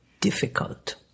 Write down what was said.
difficult